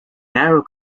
narrow